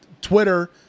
twitter